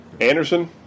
Anderson